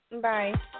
Bye